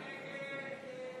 הסתייגות 53 לא נתקבלה.